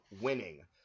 winning